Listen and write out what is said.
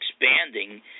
expanding